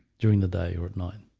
during the day or at night,